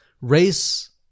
race